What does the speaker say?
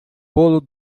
bolo